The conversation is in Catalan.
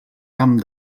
camp